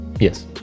Yes